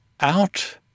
out